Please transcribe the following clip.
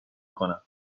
کنم